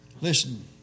listen